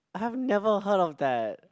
I've never heard of that